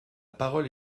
parole